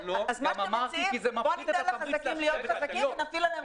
אתם מציעים שניתן לחזקים להיות חזקים ונפעיל עליהם